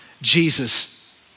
Jesus